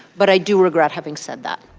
but i do regret having said that.